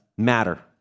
matter